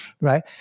right